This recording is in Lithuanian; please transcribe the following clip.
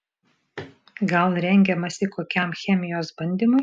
gal rengiamasi kokiam chemijos bandymui